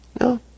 No